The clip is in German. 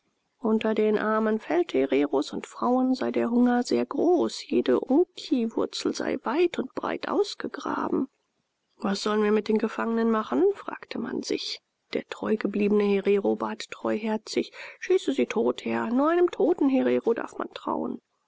unter den armen feldhereros und frauen sei der hunger sehr groß jede unkjiwurzel sei weit und breit ausgegraben was sollen wir mit den gefangenen machen fragte man sich der treu gebliebene herero bat treuherzig schieße sie tot herr nur einem toten herero darf man trauen